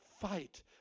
fight